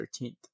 13th